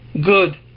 Good